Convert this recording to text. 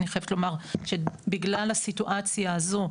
אני חייבת לומר שבגלל הסיטואציה הזו,